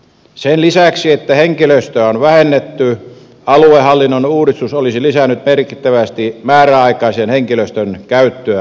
sen lisäksi että henkilöstöä on vähennetty aluehallinnon uudistus on lisännyt merkittävästi määräaikaisen henkilöstön käyttöä virastoissa